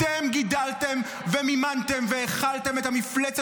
אתם גידלתם ומימנתם והאכלתם את המפלצת